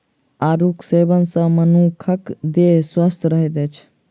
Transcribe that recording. आड़ूक सेवन सॅ मनुखक देह स्वस्थ रहैत अछि